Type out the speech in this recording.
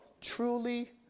truly